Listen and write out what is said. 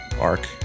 arc